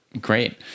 great